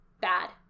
bad